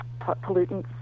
pollutants